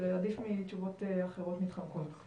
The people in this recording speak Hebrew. השורה התחתונה היא שזה נושא מקצועי שצריכה להיות לו הכשרה מקצועית גם